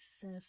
says